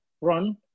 run